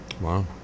Wow